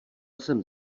jsem